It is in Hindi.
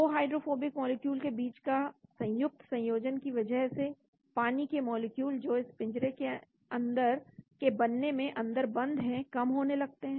दो हाइड्रोफोबिक मॉलिक्यूल के बीच का संयुक्त संयोजन की वजह से पानी के मॉलिक्यूल जो इस पिंजरे के बनने में अंदर बंद है कम होने लगते हैं